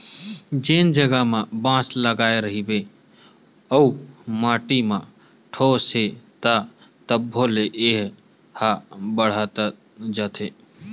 जेन जघा म बांस लगाए रहिबे अउ माटी म ठोस हे त तभो ले ए ह बाड़हत जाथे